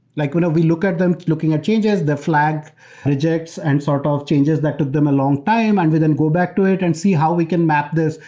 like whenever we look at them, looking at changes, the flag rejects and sort of changes. that took them a long time and we then go back to it and see how we can map this.